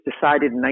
decided